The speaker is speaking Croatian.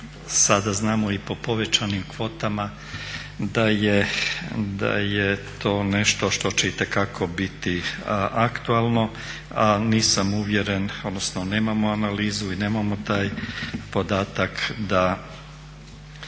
sada znamo i po povećanim kvotama da je to nešto što će itekako biti aktualno, a nisam uvjeren odnosno nemamo analizu i nemamo taj podatak da